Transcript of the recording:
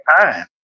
time